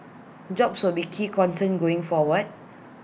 jobs will be key concern going forward